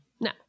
No